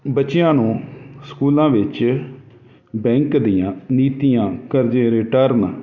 ਬੱਚਿਆਂ ਨੂੰ ਸਕੂਲਾਂ ਵਿੱਚ ਬੈਂਕ ਦੀਆਂ ਨੀਤੀਆਂ ਕਰਜ਼ੇ ਰਿਟਰਨ